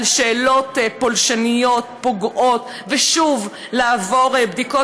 על שאלות פולשניות פוגעות ושוב לעבור בדיקות